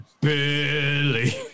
Billy